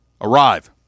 arrive